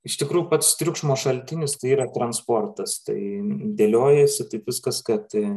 iš tikrųjų pats triukšmo šaltinis tai yra transportas tai dėliojasi taip viskas kad